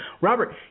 Robert